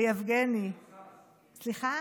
ויבגני, מקוזז.